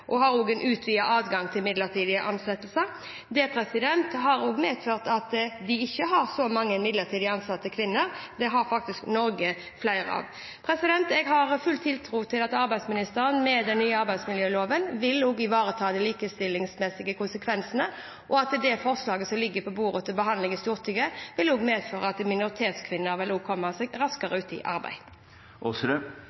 og har òg en utvidet adgang til midlertidige ansettelser. Det har medført at de ikke har så mange midlertidig ansatte kvinner. Det har faktisk Norge flere av. Jeg har full tiltro til at arbeids- og sosialministeren med den nye arbeidsmiljøloven også vil ivareta de likestillingsmessige konsekvensene, og at det forslaget som ligger på bordet til behandling i Stortinget, også vil medføre at minoritetskvinner vil komme seg raskere ut i arbeid.